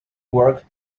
work